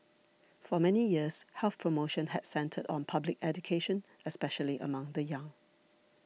for many years health promotion had centred on public education especially among the young